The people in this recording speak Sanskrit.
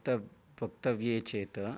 वक्तव् वक्तव्ये चेत्